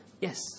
yes